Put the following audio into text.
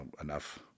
enough